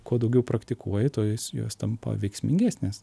kuo daugiau praktikuoji tuo jis jos tampa veiksmingesnės